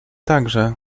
także